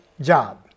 job